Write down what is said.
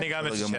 אני גם יש לי שאלה.